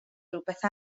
rhywbeth